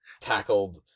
tackled